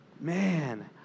Man